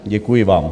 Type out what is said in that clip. Děkuji vám.